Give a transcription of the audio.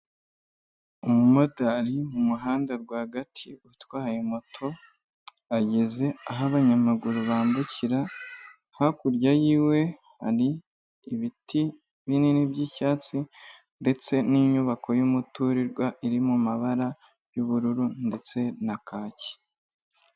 Umumotari mu muhanda rwagati utwaye moto ageze aho abanyamaguru bambukira, hakurya yiwe hari ibiti binini by'icyatsi ndetse n'inyubako y'umuturirwa iri mu mabara y'ubururu ndetse na kaki.